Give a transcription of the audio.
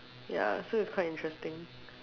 ya so it's quite interesting